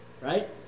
right